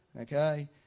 Okay